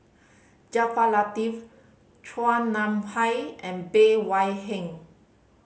Jaafar Latiff Chua Nam Hai and Bey Hua Heng